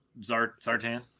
Zartan